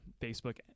facebook